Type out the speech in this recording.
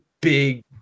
big